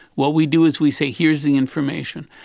what we do is we say here is the information.